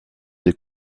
des